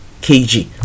kg